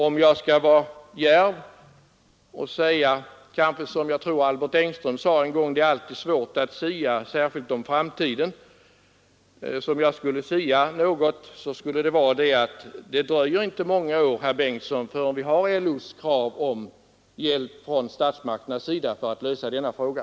Om jag skall vara djärv och sia — jag säger som Albert Engström sade en gång: Det är svårt att sia, särskilt om framtiden — så skulle jag säga att det inte dröjer många år, herr Bengtsson, förrän LO ställer krav på hjälp från statsmakternas sida för att lösa denna fråga.